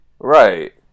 Right